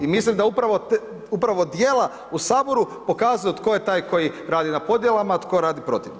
I mislim da upravo djela u Saboru pokazuju tko je taj koji radi na podjelama, a tko radi protiv njih.